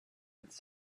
its